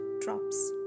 drops